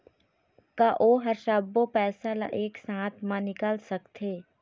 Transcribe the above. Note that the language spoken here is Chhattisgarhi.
का ओ हर सब्बो पैसा ला एक साथ म निकल सकथे?